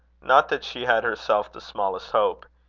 not that she had herself the smallest hope,